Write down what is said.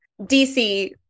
DC